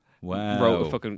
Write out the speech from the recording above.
Wow